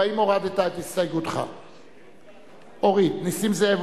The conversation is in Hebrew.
ההסתייגות לחלופין השנייה של קבוצת סיעת